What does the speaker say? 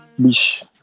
Bish